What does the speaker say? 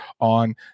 on